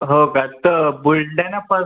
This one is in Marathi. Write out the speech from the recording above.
हो का तर बुलड्याण्यापा